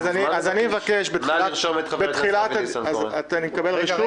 בבקשה, אתה מוזמן לבקש, יש